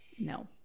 No